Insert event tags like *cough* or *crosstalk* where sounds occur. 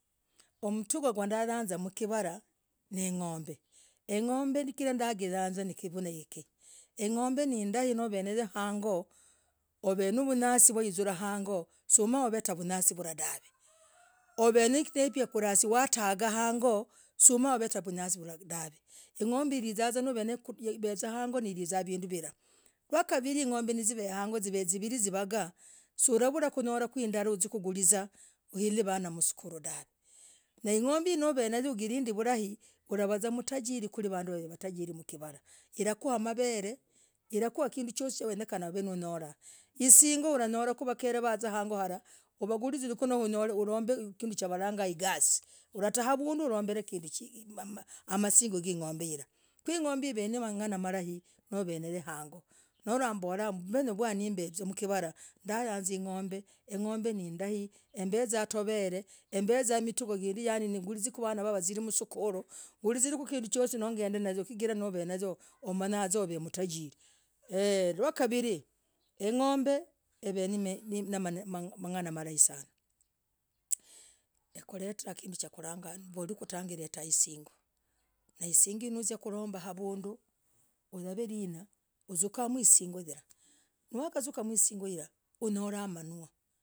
Homtuu ndayanzaa mkivarah n ng'ombe *hesitation* ng'ombe chigirah ndakiyanzaa nevunehiki namb *hesitation* nayo hang'oo uvenivunyasii wakwizuraa hang'oo sumavetah vunyasii vurah dahv *hesitation* uveninepiagirasii watagaa hang'oo sumahuketahku dahv *hesitation* ng'ombe hisaa hang'oo nanevinduu zirah zilizah vinduu vilelah yakavirii zi ng'ombe zive hang'oo gavirii gavagah sulavugulahku uzie ugulizeku ulivanaa msukuluu dahv *hesitation* na i ngo'ombe no venayoo uzilind *hesitation* vulai ulavaah tajiri kwiri vanduu wav *hesitation* matajirii mkivarah ilakwa maver *hesitation* ilivuwa kinduu chosii wenyekenah ulah hisigoo ulanyolah vakere wazaah hang'oo halah uwagulizikuu mwe ulomb *hesitation* kinduu nawagaga i gas's ulataah avunduu ulomb *hesitation* kinduu masingoo yen hiraah ku i ngo'ombe ivenemanganah malai no venayoo hang'oo no mbolah limenyah lwaah namb *hesitation* mkivarah ndayanzaa i ng'ombe i ng'ombe nindai imbeza tuvere imbeza mitugoo gindii yani nigulize vanaa wazirie msukuluu gulizie kinduu chosii chigirah na uvenayo umanya vuzaa uv *hesitation* mtajirii eee *hesitation* yakavirii i ng'ombe ivenemanganah malai sanah m *hesitation* ukulererah kinduu yakulagaga mbol *hesitation* kutaga hiletah isingoo na hisigoo nuziakulombah avunduu uyav *hesitation* linah uzukemoo singoo lirah unyorah manuwa.